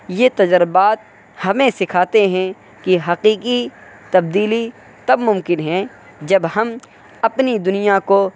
یہ تجربات ہمیں سکھاتے ہیں کہ حقیقی تبدیلی تب ممکن ہے جب ہم اپنی دنیا کو